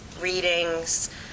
readings